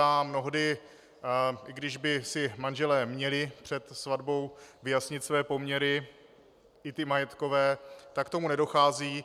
A mnohdy, i když by si manželé měli před svatbou vyjasnit své poměry, i ty majetkové, tak k tomu nedochází.